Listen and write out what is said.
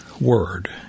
Word